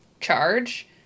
charge